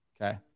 Okay